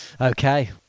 Okay